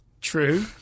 True